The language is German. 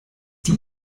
die